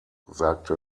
sagte